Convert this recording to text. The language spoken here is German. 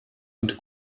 und